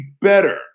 better